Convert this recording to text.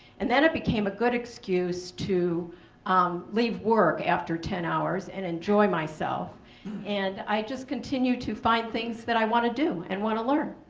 and then it became a good excuse to um leave work after ten hours and enjoy myself and i just continued to find things that i want to do and want to learn.